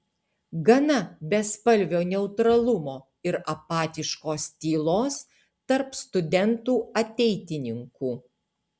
gana bespalvio neutralumo ir apatiškos tylos tarp studentų ateitininkų